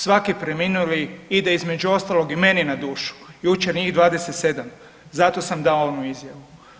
Svaki preminuli ide između ostalog i meni na dušu, jučer njih 27 zato sam dao onu izjavu.